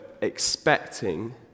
expecting